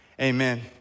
Amen